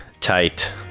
tight